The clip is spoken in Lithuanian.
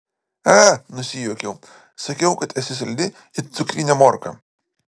a nusijuokiau sakiau kad esi saldi it cukrinė morka